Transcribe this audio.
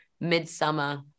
midsummer